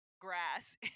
grass